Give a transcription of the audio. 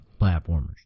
platformers